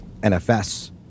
NFS